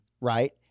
right